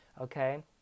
Okay